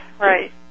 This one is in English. Right